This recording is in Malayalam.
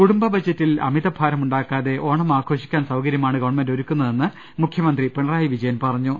കുടുംബ ബജറ്റിൽ അമിത ഭാരമുണ്ടാക്കാതെ ഓണം ആഘോ ഷിക്കാൻ സൌകരൃമാണ് ഗവൺമെന്റ് ഒരുക്കുന്നതെന്ന് മുഖൃമന്ത്രി പിണറായി വിജയൻ പറഞ്ഞു